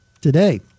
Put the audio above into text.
today